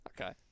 Okay